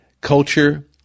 culture